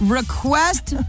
request